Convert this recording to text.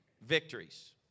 victories